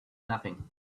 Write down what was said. nothing